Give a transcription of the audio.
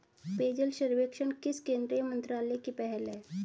पेयजल सर्वेक्षण किस केंद्रीय मंत्रालय की पहल है?